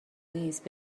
نیست